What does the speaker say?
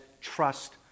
trust